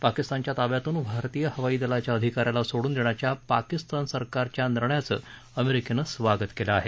पाकिस्तानच्या ताब्यातून भारतीय हवाई दलाच्या अधिकाऱ्याला सोडून देण्याच्या पाकिस्तान सरकारच्या निर्णयाचं अमेरिकेनं स्वागत केलं आहे